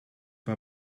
war